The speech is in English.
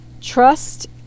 Trust